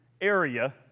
area